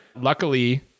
Luckily